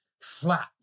flat